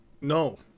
No